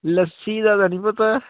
ਲੱਸੀ ਦਾ ਤਾਂ ਨੀ ਪਤਾ